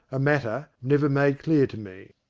a matter never made clear to me.